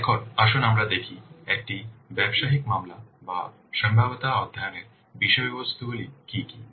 এখন আসুন আমরা দেখি একটি ব্যবসায়িক মামলা বা সম্ভাব্যতা অধ্যয়ন এর বিষয়বস্তু গুলি কী কী